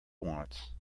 wants